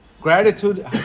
Gratitude